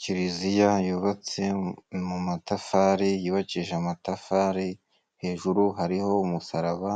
Kiliziya yubatse mu matafari, yubakishije amatafari, hejuru hariho umusaraba,